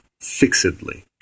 fixedly